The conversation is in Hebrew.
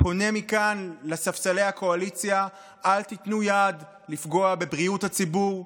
פונה מכאן לספסלי הקואליציה: אל תיתנו יד לפגוע בבריאות הציבור,